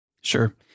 Sure